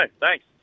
Thanks